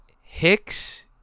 Hicks